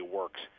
works